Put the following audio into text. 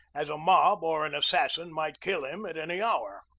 as a mob or an assassin might kill him at any hour.